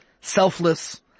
selfless